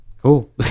Cool